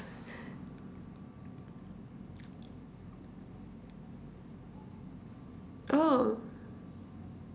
oh